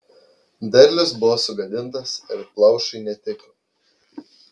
derlius buvo sugadintas ir plaušui netiko